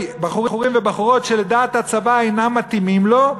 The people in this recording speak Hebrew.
בחורים ובחורות שלדעת הצבא אינם מתאימים לו,